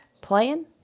playing